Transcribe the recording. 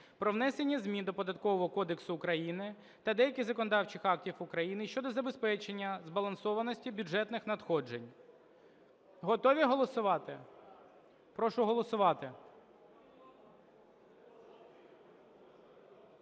про внесення змін до Податкового кодексу України та деяких законодавчих актів України щодо забезпечення збалансованості бюджетних надходжень. Готові голосувати? Прошу голосувати.